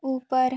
ऊपर